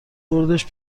بردش